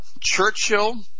Churchill